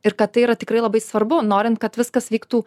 ir kad tai yra tikrai labai svarbu norint kad viskas vyktų